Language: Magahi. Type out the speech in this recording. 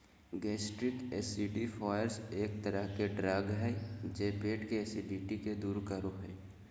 गैस्ट्रिक एसिडिफ़ायर्स एक तरह के ड्रग हय जे पेट के एसिडिटी के दूर करो हय